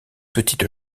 petite